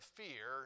fear